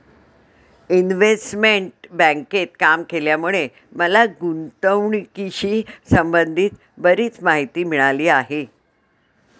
investment बँकेत काम केल्यामुळे मला गुंतवणुकीशी संबंधित बरीच माहिती मिळाली आहे